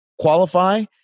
qualify